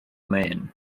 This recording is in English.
man